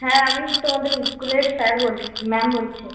হ্যাঁ আমি তোমাদের স্কুলের স্যার বল ম্যাম বলছি